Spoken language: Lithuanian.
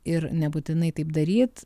ir nebūtinai taip daryt